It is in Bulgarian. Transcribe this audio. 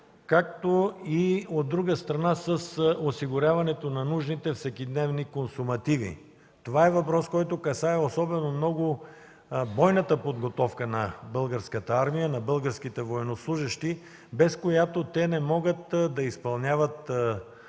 както и, от друга страна, с осигуряването на нужните всекидневни консумативи. Това е въпрос, който касае особено много бойната подготовка на българската армия, на българските военнослужещи, без която те не могат да изпълняват добре